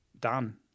done